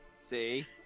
See